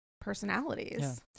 personalities